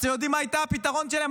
אז אתם יודע מה היה הפתרון שלהם?